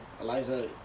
Eliza